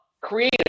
creative